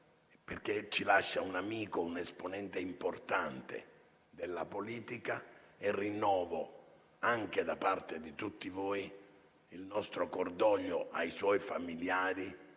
perché ci lascia un amico, un esponente importante della politica, e rinnovo anche da parte di tutti voi il nostro cordoglio ai suoi familiari